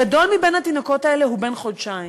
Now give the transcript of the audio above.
הגדול בין התינוקות האלה הוא בן חודשיים.